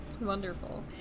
Wonderful